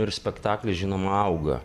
ir spektaklis žinoma auga